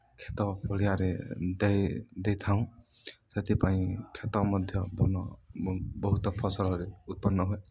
କ୍ଷେତ ପଡ଼ିଆରେ ଦେଇ ଦେଇଥାଉଁ ସେଥିପାଇଁ କ୍ଷେତ ମଧ୍ୟ ବହୁତ ଫସଲରେ ଉତ୍ପନ୍ନ ହୁଏ